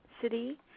city